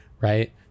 right